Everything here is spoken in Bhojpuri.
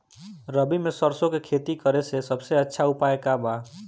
रबी में सरसो के खेती करे के सबसे अच्छा उपाय का बा?